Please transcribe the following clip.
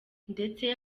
ndetse